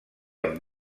amb